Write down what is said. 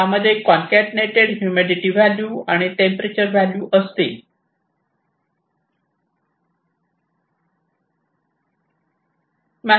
ज्यामध्ये concatenated humidity value आणि temperature value असतील